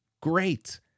great